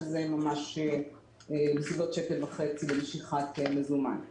שזה בסביבות שקל וחצי למשיכת מזומן.